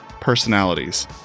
personalities